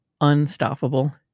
unstoppable